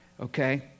okay